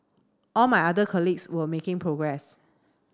all my other colleagues were making progress